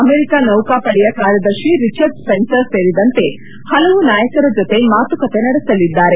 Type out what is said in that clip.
America ನೌಕಾ ಪಡೆಯ ಕಾರ್ಯದರ್ಶಿ ರಿಚರ್ಡ್ ಸ್ಪೆನ್ಸರ್ ಸೇರಿದಂತೆ ಹಲವು ನಾಯಕರ ಜೊತೆ ಮಾತುಕತೆ ನಡೆಸಲಿದ್ದಾರೆ